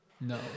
No